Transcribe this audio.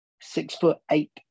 Six-foot-eight